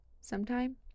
sometime